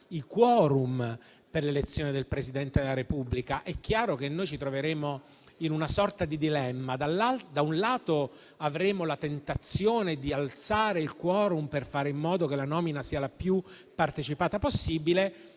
*quorum* per l'elezione del Presidente della Repubblica. È chiaro che noi ci troveremo in una sorta di dilemma. Da un lato, avremo la tentazione di alzare il *quorum* per fare in modo che la nomina sia la più partecipata possibile e,